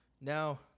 now